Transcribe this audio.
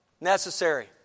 Necessary